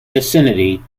vicinity